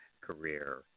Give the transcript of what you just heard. career